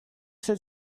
sept